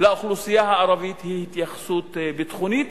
לאוכלוסייה הערבית היא התייחסות ביטחונית,